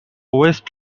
west